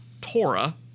Torah